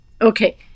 Okay